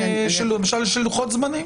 למשל של לוחות זמנים?